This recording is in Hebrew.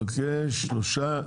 שלושה.